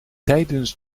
tijdens